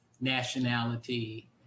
nationality